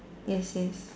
yes yes